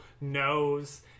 knows